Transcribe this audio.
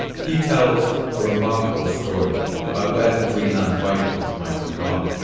he tells a remarkable story about where the greenland vikings might have gone.